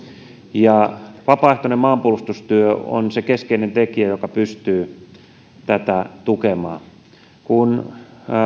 ja vapaaehtoinen maanpuolustustyö on se keskeinen tekijä joka pystyy tätä tukemaan kun